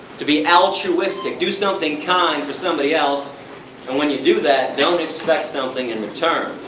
to be altruistic, do something kind for somebody else and when you do that, don't expect something in return.